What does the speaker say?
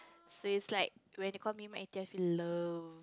so it's like when they call me love